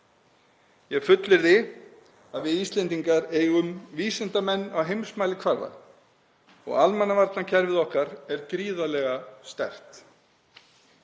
Ég fullyrði að við Íslendingar eigum vísindamenn á heimsmælikvarða og almannavarnakerfið okkar er gríðarlega sterkt.